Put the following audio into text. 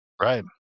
Right